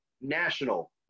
national